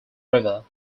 river